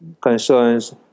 concerns